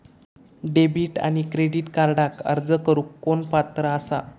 Debit आणि credit कार्डक अर्ज करुक कोण पात्र आसा?